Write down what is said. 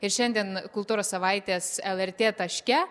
ir šiandien kultūros savaitės lrt taške